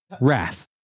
Wrath